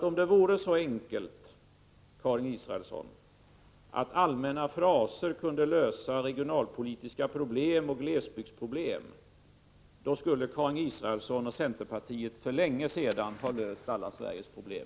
Om det vore så enkelt, Karin Israelsson, att allmänna fraser kunde lösa regionalpolitiska problem och glesbygdsproblem då skulle Karin Israelsson och centerpartiet för länge sedan ha löst alla Sveriges problem.